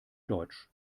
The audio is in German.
deutsch